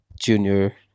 junior